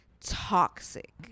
toxic